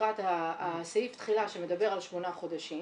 לקראת הסעיף תחילה שמדבר על שמונה חודשים